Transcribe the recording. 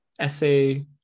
essay